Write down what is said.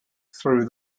through